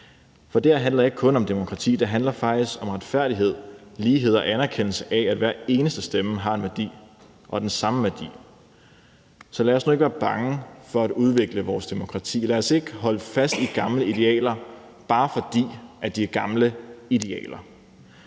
For det her handler ikke kun om demokrati, det handler faktisk om retfærdighed, lighed og anerkendelse af, at hver eneste stemme har en værdi, og at de har den samme værdi. Så lad os nu ikke være bange for at udvikle vores demokrati, lad os ikke holde fast i gamle idealer, bare fordi det er gamle idealer.